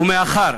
ומאחר